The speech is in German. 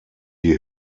die